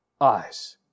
eyes